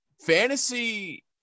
fantasy